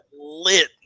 lit